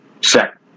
set